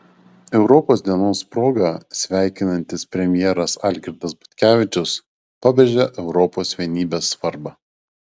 europos dienos proga sveikinantis premjeras algirdas butkevičius pabrėžia europos vienybės svarbą